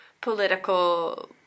political